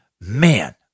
Man